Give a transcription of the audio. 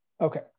Okay